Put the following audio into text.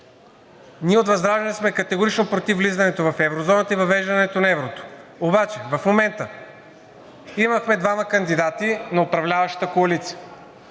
Ние от ВЪЗРАЖДАНЕ сме категорично против влизането в еврозоната и въвеждането на еврото. Обаче в момента имахме двама кандидати на управляващата коалиция,